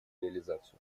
реализацию